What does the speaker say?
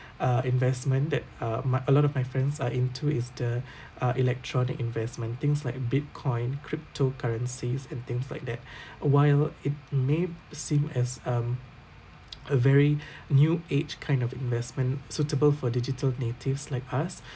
uh investment that uh my a lot of my friends are into is the uh electronic investment things like bitcoin cryptocurrencies and things like that uh while it may seem as um a very new age kind of investment suitable for digital natives like us